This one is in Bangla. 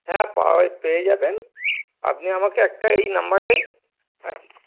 হ্যাঁ পা পেয়ে যাবেন আপনি আমাকে একটা এই নাম্বারে আ